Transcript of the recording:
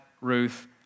Ruth